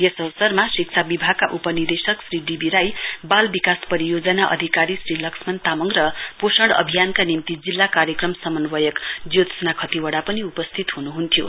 यस अवसरमा शिक्षा विभागका उपनिदेशक श्री डीबी राई बाल विकास परियोजना अधाकारी श्री लक्ष्मण तामाङ र पोषण अभियानका निम्ति जिल्ला कार्यक्रम समन्वयक ज्योत्सना खतिवड़ा पनि उपस्थित हुनुहुन्थ्यो